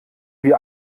wie